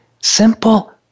simple